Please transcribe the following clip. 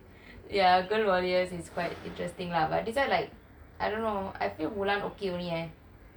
ya girls warriors is quite interesting lah but this [one] I don't know I feel mulan only okay eh